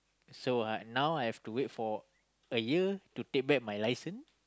so I now I have to wait for a year to take back my license